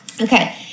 okay